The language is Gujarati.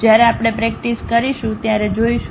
જ્યારે આપણે પ્રેક્ટિસ કરીશું ત્યારે જોઈશું